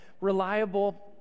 reliable